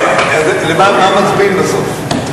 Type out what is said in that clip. למה מצביעים בסוף?